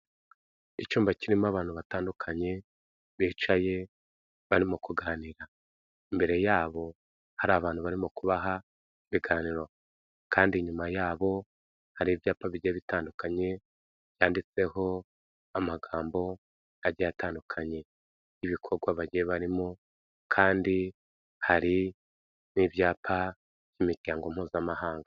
Icyumba kirimo abantu batandukanye bicaye, Barimo kuganira mbere yabo hari abantu barimo kubaha ibiganiro kandi nyuma yabo hari ibyapa bigiye bitandukanye byanditseho amagambo agiye atandukanye y'ibikorwa bagiye barimo kandi hari n'ibyapa by'imiryango mpuzamahanga.